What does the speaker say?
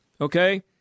okay